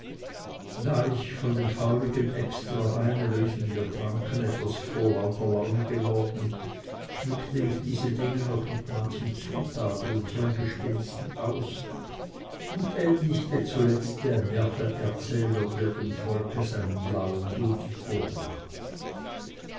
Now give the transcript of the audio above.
da ich von dem feurigen extraweine welchen wir tranken etwas vorlauter laune geworden schmückte ich diese dinge noch mit manchen zutaten und hirngespinsten aus und endigte zuletzt wie ein märchenerzähler der dem volke seinen blauen dunst vorgemacht